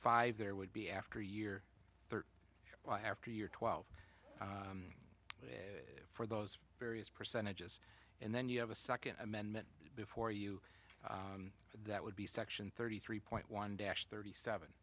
five there would be after year after year twelve for those various percentages and then you have a second amendment before you that would be section thirty three point one dash thirty seven